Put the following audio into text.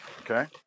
okay